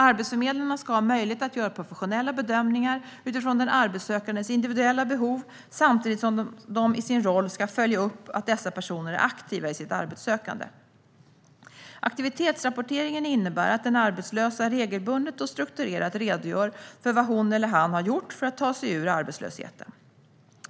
Arbetsförmedlarna ska ha möjlighet att göra professionella bedömningar utifrån den arbetssökandes individuella behov, samtidigt som de i sin roll ska följa upp att dessa personer är aktiva i sitt arbetssökande. Aktivitetsrapporteringen innebär att den arbetslösa regelbundet och strukturerat redogör för vad hon eller han har gjort för att ta sig ur arbetslösheten.